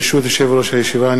ברשות יושב-ראש הישיבה,